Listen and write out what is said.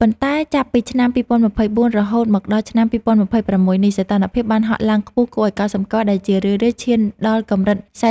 ប៉ុន្តែចាប់ពីឆ្នាំ ២០២៤ រហូតមកដល់ឆ្នាំ ២០២៦ នេះ សីតុណ្ហភាពបានហក់ឡើងខ្ពស់គួរឱ្យកត់សម្គាល់ ដែលជារឿយៗវាឈានដល់កម្រិត ៤០